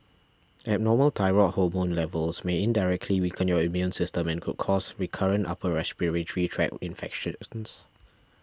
abnormal thyroid hormone levels may indirectly weaken your immune system and could cause recurrent upper respiratory tract infections